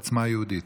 עוצמה יהודית,